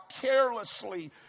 carelessly